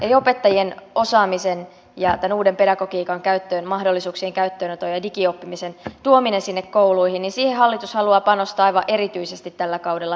eli opettajien osaamiseen ja tämän uuden pedagogiikan mahdollisuuksien käyttöönottoon ja digioppimisen tuomiseen sinne kouluihin hallitus haluaa panostaa aivan erityisesti tällä kaudella